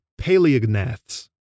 paleognaths